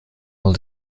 able